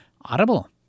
Audible